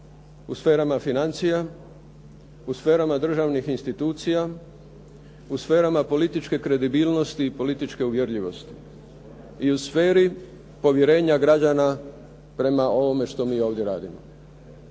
u sferama financija, u sferama državnih institucija, u sferama političke kredibilnosti i političke uvjerljivosti, i u sferi povjerenja građana prema ovome što mi ovdje radimo.